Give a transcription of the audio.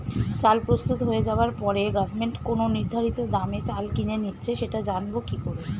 চাল প্রস্তুত হয়ে যাবার পরে গভমেন্ট কোন নির্ধারিত দামে চাল কিনে নিচ্ছে সেটা জানবো কি করে?